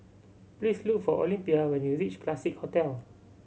please look for Olympia when you reach Classique Hotel